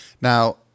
Now